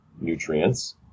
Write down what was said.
nutrients